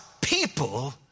people